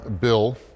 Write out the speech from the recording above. bill